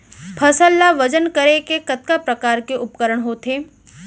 फसल ला वजन करे के कतका प्रकार के उपकरण होथे?